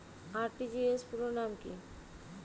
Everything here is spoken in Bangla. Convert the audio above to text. আর.টি.জি.এস পুরো নাম কি?